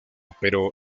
pero